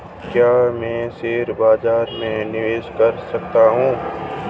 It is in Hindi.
क्या मैं शेयर बाज़ार में निवेश कर सकता हूँ?